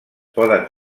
poden